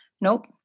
nope